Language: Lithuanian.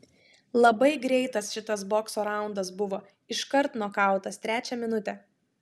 labai greitas šitas bokso raundas buvo iškart nokautas trečią minutę